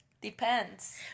Depends